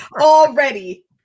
Already